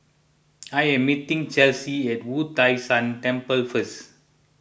I am meeting Chelsea at Wu Tai Shan Temple first